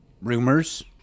rumors